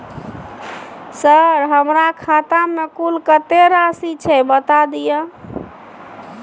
Sir हमरा खाता में कुल कत्ते राशि छै बता दिय?